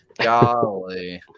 Golly